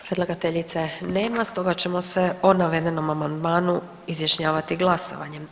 Predlagateljice nema stoga ćemo se o navedenom amandmanu izjašnjavati glasovanjem.